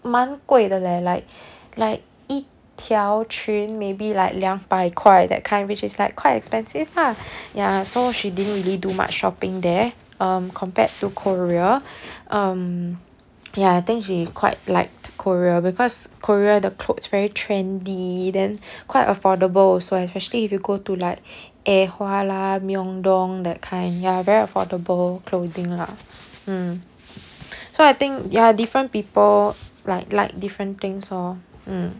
蛮贵的 leh like like 一条裙 maybe like 两百块 that kind which is like quite expensive lah ya so she didn't really do much shopping there um compared to korea um ya I think she quite liked korea because korea the clothes very trendy then quite affordable also especially if you go to like eh lah myeongdong that kind ya very affordable clothing lah mm so I think there are different people like like different things lor mm